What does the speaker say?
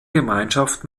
gemeinschaft